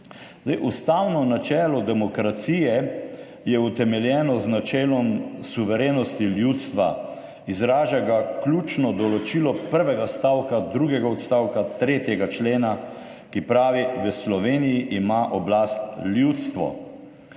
ustavno načelo demokracije je utemeljeno z načelom suverenosti ljudstva. Izraža ga ključno določilo prvega stavka drugega odstavka 3. člena, ki pravi: "V Sloveniji ima oblast ljudstvo".